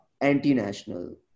anti-national